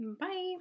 Bye